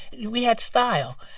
we had style.